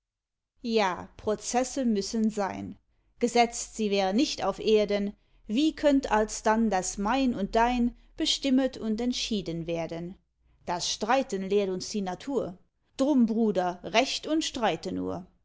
ja prozesse müssen sein gesetzt sie wären nicht auf erden wie könnt alsdann das mein und dein bestimmet und entschieden werden das streiten lehrt uns die natur drum bruder recht und streite nur